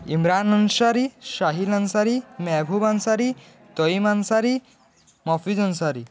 Imran Ansari Sahil Ansari Mehboob Ansari Tayim Ansari Mofiz Ansari